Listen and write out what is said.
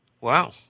Wow